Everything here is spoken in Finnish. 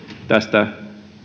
tästä